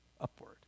upward